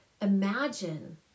Imagine